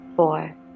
four